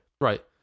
Right